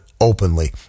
openly